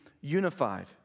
unified